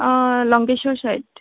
অ' Lankeshwar Saeed